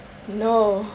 no